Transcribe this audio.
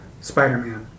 Spider-Man